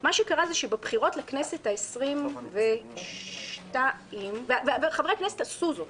מה שקרה זה שבבחירות לכנסת העשרים-ושתיים וחברי כנסת עשו זאת,